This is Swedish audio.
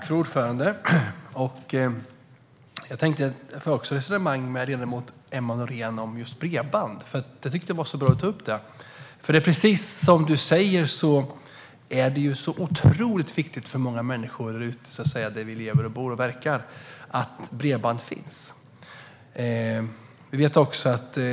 Fru talman! Jag tänkte föra ett resonemang med ledamot Emma Nohrén om bredband. Jag tyckte att det var bra att du tog upp det, Emma, för precis som du säger är det otroligt viktigt för många människor att det finns bredband där ute där vi lever, bor och verkar.